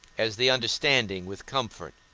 as the understanding with comfort.